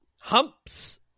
Humps